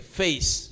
face